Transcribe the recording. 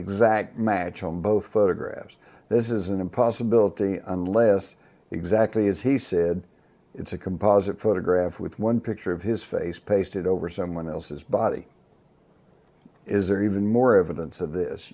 exact match on both photographs this isn't a possibility unless exactly as he said it's a composite photograph with one picture of his face pasted over someone else's body is there even more evidence of this